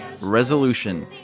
Resolution